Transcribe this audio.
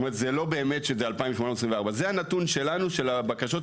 זה לא באמת שהמספר הוא 2,824. זה הנתון שלנו לגבי הבקשות,